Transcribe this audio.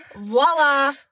voila